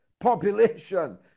population